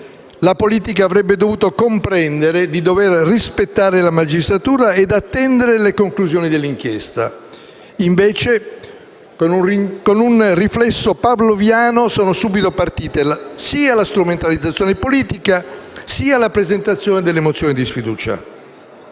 la politica avrebbe dovuto comprendere di dover rispettare la magistratura e attendere le conclusioni dell'inchiesta. Invece, con un riflesso pavloviano, sono immediatamente partite sia la strumentalizzazione politica sia la presentazione delle mozioni di sfiducia.